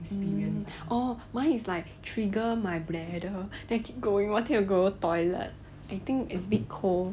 orh mine is like trigger my bladder then keep going wanting to go toilet I think it's a bit cold